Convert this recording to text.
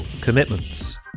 commitments